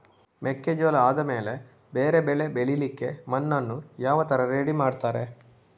ಮೆಕ್ಕೆಜೋಳ ಆದಮೇಲೆ ಬೇರೆ ಬೆಳೆ ಬೆಳಿಲಿಕ್ಕೆ ಮಣ್ಣನ್ನು ಯಾವ ತರ ರೆಡಿ ಮಾಡ್ತಾರೆ?